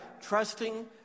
trusting